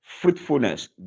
Fruitfulness